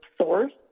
source